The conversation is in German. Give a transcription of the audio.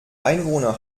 einwohner